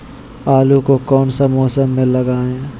आलू को कौन सा मौसम में लगाए?